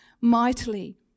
mightily